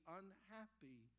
unhappy